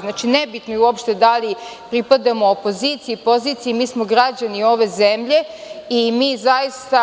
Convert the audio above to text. Znači, nebitno je uopšte da li pripadamo opoziciji, poziciji, mi smo građani ove zemlje i mi zaista